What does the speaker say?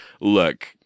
Look